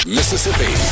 Mississippi